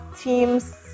teams